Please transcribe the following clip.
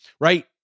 right